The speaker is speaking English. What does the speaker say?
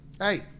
Hey